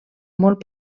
molt